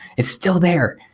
it's still there.